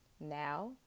Now